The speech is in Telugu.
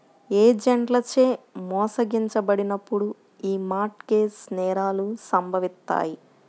ఏజెంట్లచే మోసగించబడినప్పుడు యీ మార్ట్ గేజ్ నేరాలు సంభవిత్తాయి